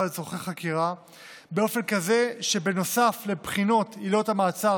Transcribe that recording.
לצורכי חקירה באופן כזה שנוסף לבחינת עילות המעצר